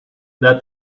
that